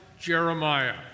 Jeremiah